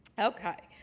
ok.